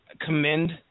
commend